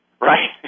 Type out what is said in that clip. right